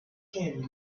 came